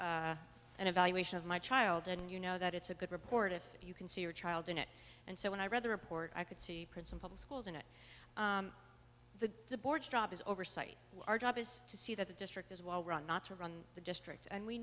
know an evaluation of my child and you know that it's a good report if you can see your child in it and so when i read the report i could see prince in public schools and the the boards drop as oversight our job is to see that the district is well run not to run the district and we